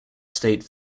state